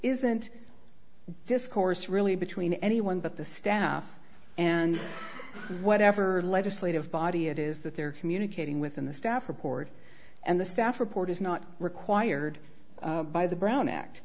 isn't discourse really between anyone but the staff and whatever legislative body it is that they're communicating with in the staff report and the staff report is not required by the brown